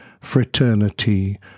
fraternity